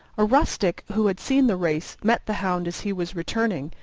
a rustic who had seen the race met the hound as he was returning,